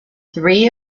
three